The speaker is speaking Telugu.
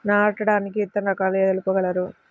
నాటడానికి విత్తన రకాలు తెలుపగలరు?